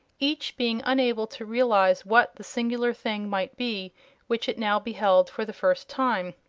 each being unable to realize what the singular thing might be which it now beheld for the first time.